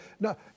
No